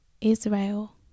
Israel